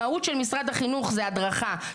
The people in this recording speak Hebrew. המהות של משרד החינוך זה הדרכה,